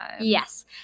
Yes